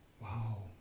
wow